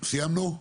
סיימנו?